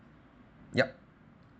yup